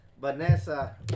Vanessa